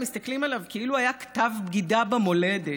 מסתכלים עליו כאילו הוא היה כתב בגידה במולדת,